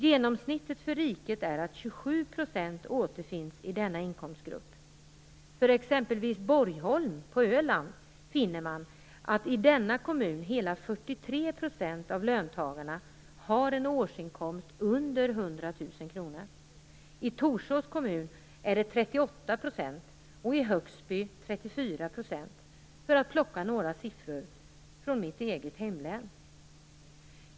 Genomsnittet för riket är att 27 % återfinns i denna inkomstgrupp. För exempelvis Borgholm på Öland finner man att hela 43 % av löntagarna i denna kommun har en årsinkomst under 100 000 kr. I Torsås kommun är det 38 % och i Högsby 34 %, för att plocka några siffror från mitt hemlän.